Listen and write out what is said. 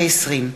(תיקון מס' 3 והוראת שעה לכנסת ה-20).